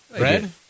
Red